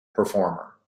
performer